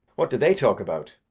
what do they talk about?